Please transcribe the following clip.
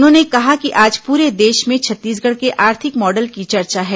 उन्होंने कहा कि आज पूरे देश में छत्तीसगढ़ के आर्थिक मॉडल की चर्चा है